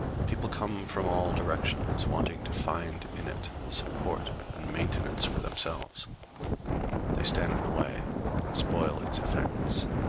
people come from all directions wanting to find in it support and maintenance for themselves they stand in the way and spoil its effect.